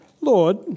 Lord